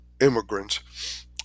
immigrants